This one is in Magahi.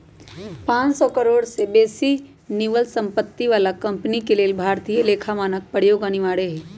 पांन सौ करोड़ से बेशी निवल सम्पत्ति बला कंपनी के लेल भारतीय लेखा मानक प्रयोग अनिवार्य हइ